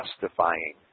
justifying